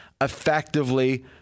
effectively